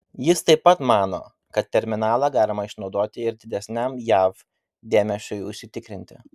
jis taip pat mano kad terminalą galima išnaudoti ir didesniam jav dėmesiui užsitikrinti